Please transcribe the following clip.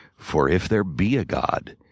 for if there be a god,